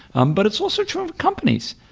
um but it's also true of companies.